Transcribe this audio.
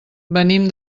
venim